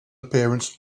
appearance